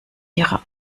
ihre